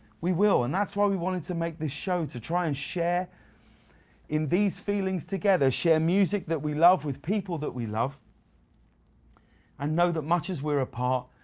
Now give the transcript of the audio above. we will. and that's why we wanted to make this show to try and share in these feelings together, share music that we love with people that we love and know that as much as we are apart,